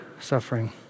suffering